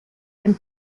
and